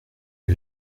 est